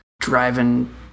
driving